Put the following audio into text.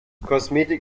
kosmetik